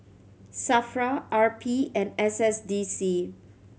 SAFRA R P and S S D C